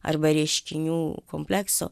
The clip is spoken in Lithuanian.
arba reiškinių komplekso